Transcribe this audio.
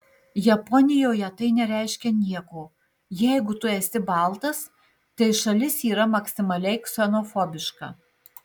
japonijoje tai nereiškia nieko jeigu tu esi baltas tai šalis yra maksimaliai ksenofobiška